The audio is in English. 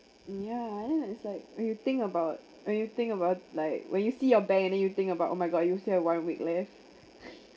ya and it's like when you think about when you think about like when you see your bank and then you think about oh my god you still have one week left